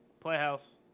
Playhouse